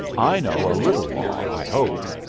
i know a little law, i hope.